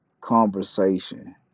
conversation